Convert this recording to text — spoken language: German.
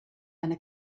eine